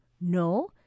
No